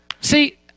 See